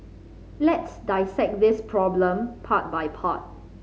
let's dissect this problem part by part